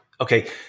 Okay